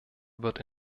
wird